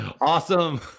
Awesome